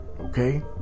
Okay